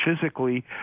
physically